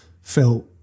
felt